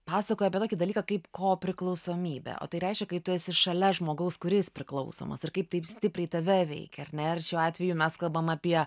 pasakoja apie tokį dalyką kaip ko priklausomybę o tai reiškia kai tu esi šalia žmogaus kuris priklausomas ar kaip taip stipriai tave veikia ar ne ir šiuo atveju mes kalbam apie